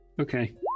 okay